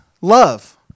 love